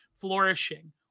flourishing